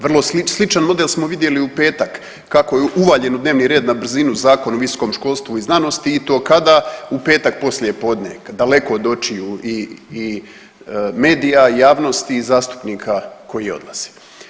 Vrlo sličan model smo vidjeli i u petak, kako je uvaljen u dnevni red na brzinu Zakon o visokom školstvu i znanosti i to kada, u petak poslijepodne daleko od očiju i medija i javnosti i zastupnika koji odlaze.